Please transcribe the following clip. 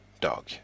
dog